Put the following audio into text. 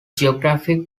geographic